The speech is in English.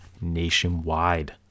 nationwide